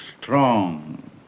strong